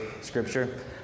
scripture